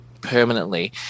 permanently